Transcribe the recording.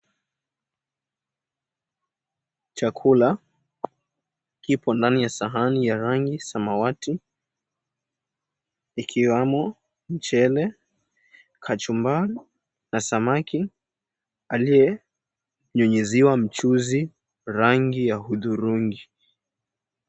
Chakula kipo ndani ya sahani ya rangi samawati ikiwamo; mchele, kachumbari na samaki aliyenyunyiziwa mchuzi rangi ya hudhurungi.